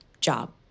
job